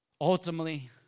ultimately